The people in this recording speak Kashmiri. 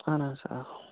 اہن حٲز آ